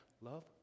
love